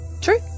True